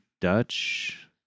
Dutch